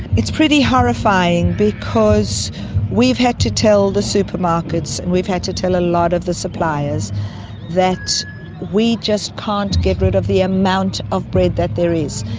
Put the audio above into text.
it's pretty horrifying because we've had to tell the supermarkets and we've had to tell a lot of the suppliers that we just can't get rid of the amount of bread that there is.